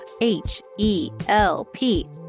H-E-L-P